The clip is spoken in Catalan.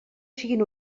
siguen